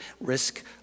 risk